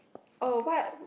oh what